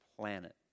planet